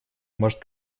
может